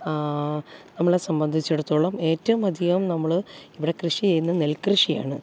നമ്മളെ സംബന്ധിച്ചെടുത്തോളം ഏറ്റവും അധികം നമ്മൾ ഇവിടെ കൃഷി ചെയ്യുന്നത് നെൽക്കൃഷിയാണ്